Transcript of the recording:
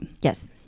Yes